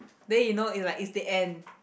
then you know it's like it's the end